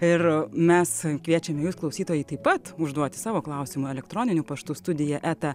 ir mes kviečiame jus klausytojai taip pat užduoti savo klausimą elektroniniu paštu studija eta